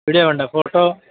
video വേണ്ട photo